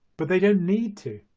but they don't need to!